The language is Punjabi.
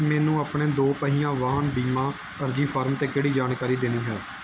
ਮੈਨੂੰ ਆਪਣੇ ਦੋ ਪਹੀਆ ਵਾਹਨ ਬੀਮਾ ਅਰਜ਼ੀ ਫਾਰਮ 'ਤੇ ਕਿਹੜੀ ਜਾਣਕਾਰੀ ਦੇਣੀ ਹੈ